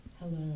Hello